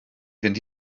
fynd